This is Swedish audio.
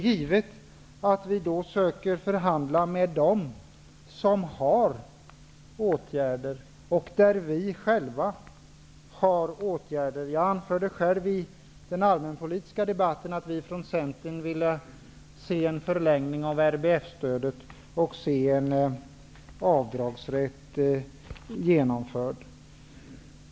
Givetvis söker vi förhandla med dem som föreslår åtgärder, eftersom vi själva har förslag om åtgärder. Jag anförde i den allmänpolitiska debatten att vi i Centern ville se en förlängning av RBF-stödet och få en avdragsrätt genomförd.